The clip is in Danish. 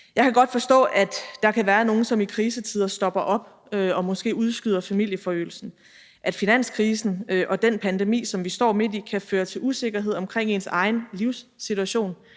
Jeg kan godt forstå, at der kan være nogle, som i krisetider stopper op og måske udskyder familieforøgelsen, og når finanskrisen og den pandemi, som vi står midt i, kan føre til usikkerhed omkring ens egen livssituation,